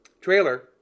trailer